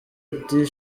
ati